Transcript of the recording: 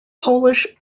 polish